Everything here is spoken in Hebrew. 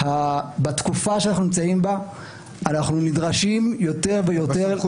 בתקופה שאנחנו נמצאים אנחנו נדרשים יותר ויותר --- בסמכות